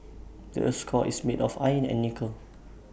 the Earth's core is made of iron and nickel